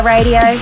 Radio